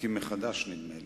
להקים מחדש, נדמה לי.